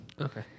okay